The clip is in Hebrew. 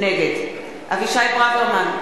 נגד אבישי ברוורמן,